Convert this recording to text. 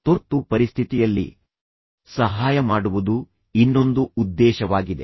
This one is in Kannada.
ತುರ್ತು ಪರಿಸ್ಥಿತಿಯಲ್ಲಿ ಸಹಾಯ ಮಾಡುವುದು ಇನ್ನೊಂದು ಉದ್ದೇಶವಾಗಿದೆ